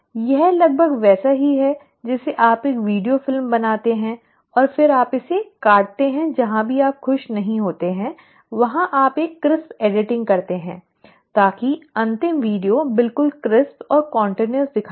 यह लगभग वैसा ही है जैसे आप एक वीडियो फिल्म बनाते हैं और फिर आप इसे काटते हैं जहां भी आप खुश नहीं होते हैं वहां आप एक क्रिस्प एडिटिंग करते हैं ताकि अंतिम वीडियो बिल्कुल क्रिस्प और निरंतर दिखाई दे